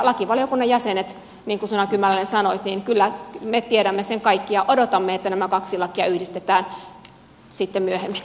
lakivaliokunnan jäsenet niin kuin suna kymäläinen sanoi kyllä tiedämme sen kaikki ja odotamme että nämä kaksi lakia yhdistetään sitten myöhemmin